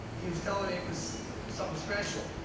he was telling me it was something special.